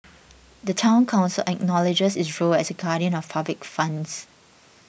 the Town Council acknowledges its role as a guardian of public funds